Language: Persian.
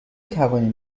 توانیم